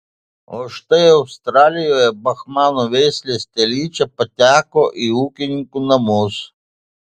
o štai australijoje brahmanų veislės telyčia pateko į ūkininkų namus